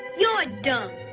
you're dumb.